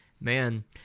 man